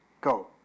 go